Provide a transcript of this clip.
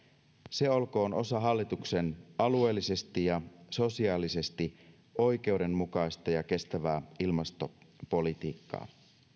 se olkoon osa hallituksen alueellisesti ja sosiaalisesti oikeudenmukaista ja kestävää ilmastopolitiikkaa